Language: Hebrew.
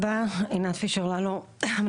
עינת פישר לאלו: תודה רבה.